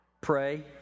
pray